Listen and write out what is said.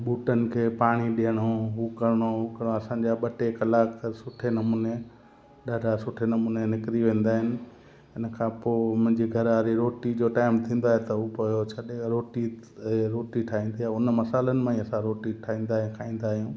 बूटनि खे पाणी ॾियणो हू करिणो हू असांजा ॿ टे कलाक त सुठे नमूने ॾाढा सुठे नमूने निकिरी वेंदा आहिनि इन खां पोइ मुंहिंजी घर वारी रोटी जो टाइम थींदो आहे त हू पियो छॾे रोटी ईअं रोटी ठाहींदी आहे उन मसाल्हनि मां ई असां रोटी ठाहींदा ऐं खाईंदा आहियूं